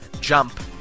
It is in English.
jump